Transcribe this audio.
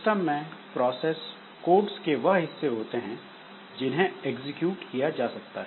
system में process codes के वह हिस्से होते हैं जिन्हें एग्जीक्यूट किया जा सकता है